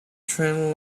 train